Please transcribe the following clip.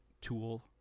Tool